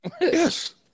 yes